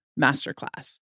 Masterclass